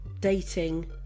dating